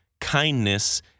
kindness